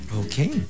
okay